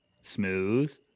smooth